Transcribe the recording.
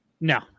No